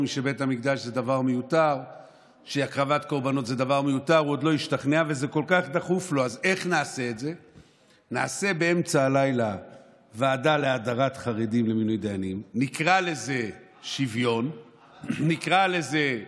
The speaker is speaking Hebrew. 67. נכון, צריך לצמצם